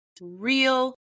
real